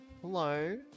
Hello